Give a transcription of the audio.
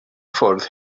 ffwrdd